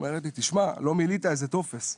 היא אומרת לי: לא מילאת איזה טופס?